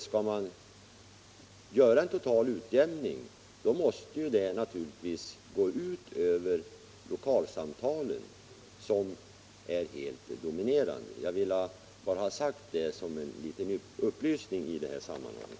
Skall man göra en total utjämning måste det naturligtvis gå ut över lokalsamtalen, som är helt dominerande. Jag vill bara ha det sagt som en liten upplysning i sammanhanget.